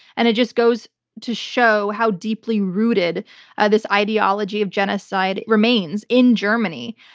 and it just goes to show how deeply rooted this ideology of genocide remains in germany.